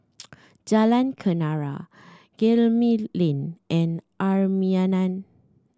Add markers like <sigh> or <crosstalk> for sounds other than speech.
<noise> Jalan Kenarah Gemmill Lane and <unintelligible>